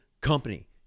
company